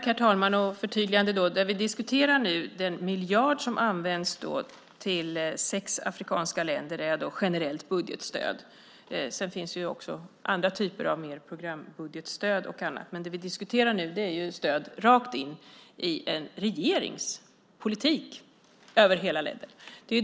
Herr talman! Det vi diskuterar nu är den miljard som används till sex afrikanska länder som generellt budgetstöd. Sedan finns andra typer av programbudgetstöd och annat. Det vi diskuterar nu är stöd som går rakt in i en regerings politik.